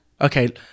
Okay